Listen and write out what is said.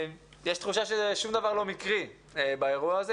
יש תחושה ששום דבר לא מקרי באירוע הזה.